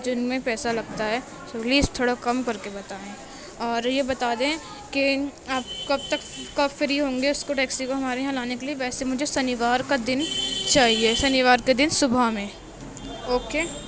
جن میں پیسہ لگتا ہے تو پلیز تھوڑا کم کر کے بتائیں اور یہ بتا دیں کہ آپ کب تک کب فری ہوں گے اس کو ٹیکسی کو ہمارے یہاں لانے کے لیے ویسے مجھے شنیوار کا دن چاہیے شنیوار کے دن صبح میں اوکے